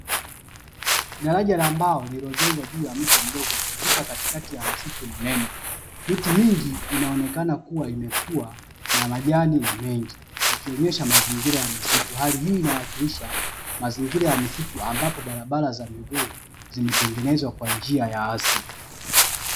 Daraja la mbao lililojengwa juu ya mto mdogo ikipita katikati ya msitu mnene, miti mingi inaonekana kuwa imekua na majani ni mengi, ikionesha mazingira ya msitu. Hali hii inawakilisha mazingira ya misitu ambapo barabara za miguu zimetengenezwa kwa njia ya asili.